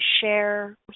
share